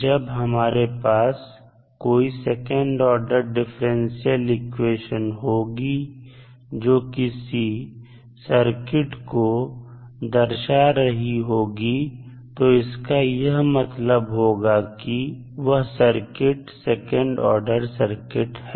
जब भी हमारे पास कोई सेकंड ऑर्डर डिफरेंशियल इक्वेशन होगी जो किसी सर्किट को दर्शा रही होगी तो इसका यह मतलब होगा कि वह सर्किट सेकंड ऑर्डर सर्किट है